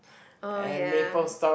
oh ya